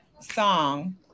song